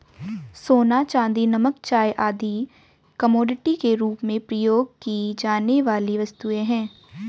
सोना, चांदी, नमक, चाय आदि कमोडिटी के रूप में प्रयोग की जाने वाली वस्तुएँ हैं